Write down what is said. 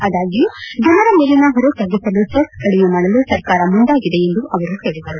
ಅದಾಗ್ಯ ಜನರ ಮೇಲಿನ ಹೊರೆ ತಗ್ಗಿಸಲು ಸೆಸ್ ಕಡಿಮೆ ಮಾಡಲು ಸರ್ಕಾರ ಮುಂದಾಗಿದೆ ಎಂದು ಅವರು ಹೇಳಿದರು